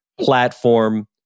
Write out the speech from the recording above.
platform